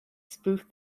spoofed